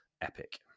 epic